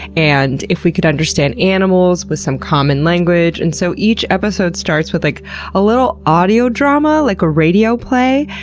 and if we could understand animals with some common language. and so each each episode starts with like a little audio drama, like a radio play,